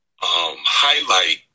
highlight